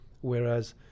whereas